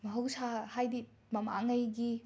ꯃꯍꯧꯁꯥ ꯍꯥꯏꯗꯤ ꯃꯃꯥꯡꯉꯩꯒꯤ